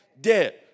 Dead